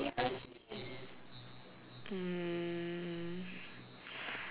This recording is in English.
mm